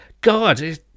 God